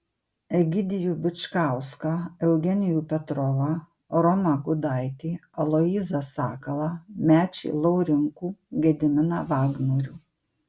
egidijų bičkauską eugenijų petrovą romą gudaitį aloyzą sakalą mečį laurinkų gediminą vagnorių